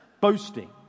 boasting